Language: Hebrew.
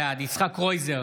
בעד יצחק קרויזר,